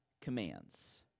commands